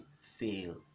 fail